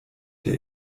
der